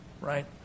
Right